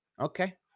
Okay